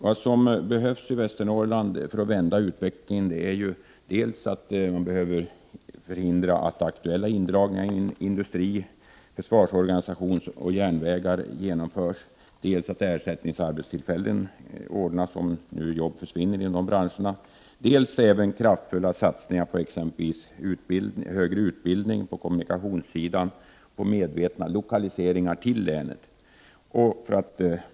Vad som behövs i Västernorrland för att vända utvecklingen är dels att förhindra att aktuella indragningar inom industri, försvarsorganisation och järnvägar genomförs, dels att se till att ersättningsarbeten ordnas om arbeten försvinner, dels även att göra kraftfulla insatser när det gäller exempelvis högre utbildning och kommunikation samt medvetna lokaliseringar till länet.